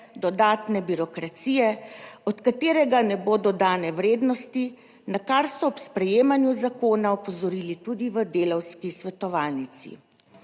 dodatne birokracije, od katerega ne bo dodane vrednosti, na kar so ob sprejemanju zakona opozorili tudi v Delavski svetovalnici.